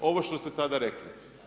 Ovo što ste sada rekli.